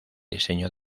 diseño